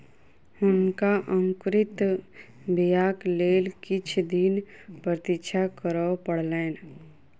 हुनका अंकुरित बीयाक लेल किछ दिन प्रतीक्षा करअ पड़लैन